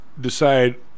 decide